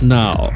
now